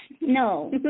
No